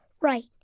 Right